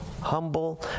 humble